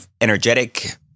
energetic